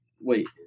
Wait